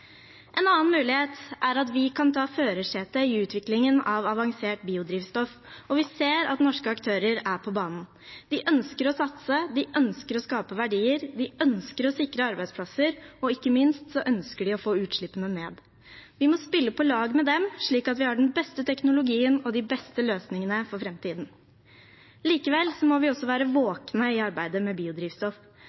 En annen mulighet er at vi kan være i førersetet i utviklingen av avansert biodrivstoff. Vi ser at norske aktører er på banen. De ønsker å satse, de ønsker å skape verdier, de ønsker å sikre arbeidsplasser, og ikke minst ønsker de å få utslippene ned. Vi må spille på lag med dem, slik at vi har den beste teknologien og de beste løsningene for framtiden. Likevel må vi også være våkne i arbeidet med biodrivstoff.